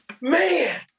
Man